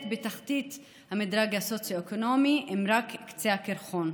בתחתית המדרג הסוציו-אקונומי הם רק קצה הקרחון.